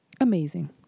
amazing